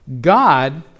God